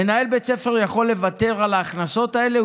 מנהל בית ספר יכול לוותר על ההכנסות האלה?